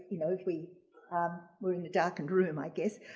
you know, we um were in the darkened room i guess.